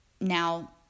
Now